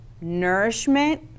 nourishment